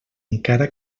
encara